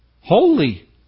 Holy